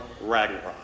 Ragnarok